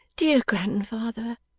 dear grandfather?